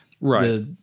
right